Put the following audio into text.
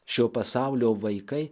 šio pasaulio vaikai